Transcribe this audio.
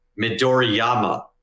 Midoriyama